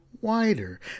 wider